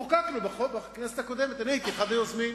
חוקקנו בכנסת הקודמת, הייתי אחד היוזמים,